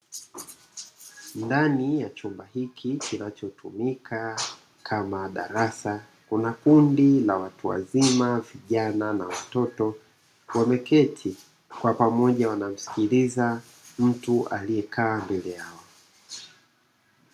Ndani ya chumba hiki kinachotumika kama darasa kuna kundi la watu wazima vijana na watoto wameketi kwa pamoja wanamsikiliza mtu aliyekaa mbele yao.